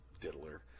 Diddler